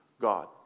God